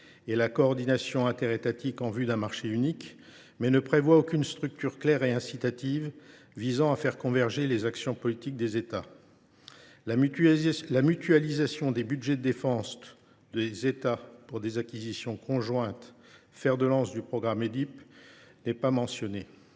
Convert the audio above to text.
et la coordination interétatiques en vue d’un marché unique, mais il ne prévoit aucune structure claire et incitative visant à faire converger les actions politiques des États. La mutualisation des budgets de défense des États pour des acquisitions conjointes, fer de lance du programme Edip (), n’est pas mentionnée.